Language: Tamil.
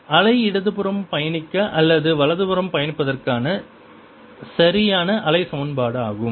இவை அலை இடதுபுறம் பயணிக்க அல்லது வலதுபுறம் பயணிப்பதற்கான சரியான அலை சமன்பாடுஆகும்